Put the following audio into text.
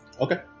Okay